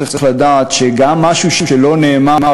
צריך לדעת שגם משהו שלא נאמר,